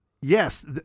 yes